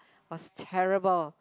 was terrible